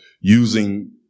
using